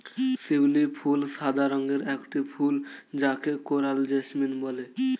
শিউলি ফুল সাদা রঙের একটি ফুল যাকে কোরাল জেসমিন বলে